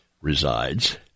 resides